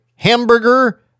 Hamburger